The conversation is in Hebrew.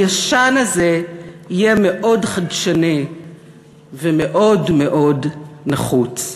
הישן הזה יהיה מאוד חדשני ומאוד מאוד נחוץ.